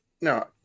No